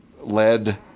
led